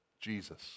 Jesus